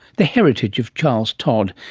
the heritage of charles todd,